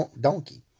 donkey